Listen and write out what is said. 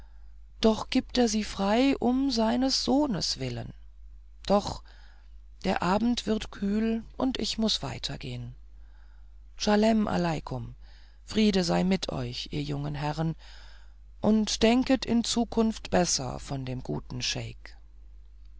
doch gibt er sie frei um seines sohnes willen doch der abend wird kühl und ich muß weitergehen schalem aleikum friede sei mit euch ihr jungen herren und denket in zukunft besser von dem guten